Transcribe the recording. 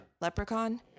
Leprechaun